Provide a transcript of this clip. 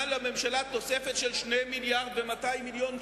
שילוב ידיים שהקנה לממשלה תוספת של 2.2 מיליארדי שקל,